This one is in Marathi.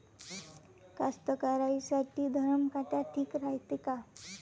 कास्तकाराइसाठी धरम काटा ठीक रायते का?